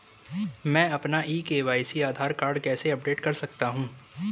मैं अपना e KYC Aadhaar card कैसे अपडेट कर सकता हूँ?